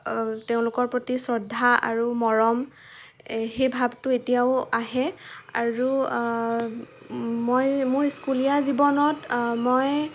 তেওঁলোকৰ প্ৰতি শ্ৰদ্ধা আৰু মৰম সেই ভাবটো এতিয়াও আহে আৰু মই মোৰ স্কুলীয়া জীৱনত মই